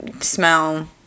smell